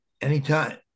anytime